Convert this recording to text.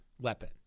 weapon